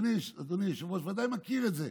אדוני היושב-ראש ודאי מכיר את זה,